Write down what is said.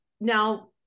now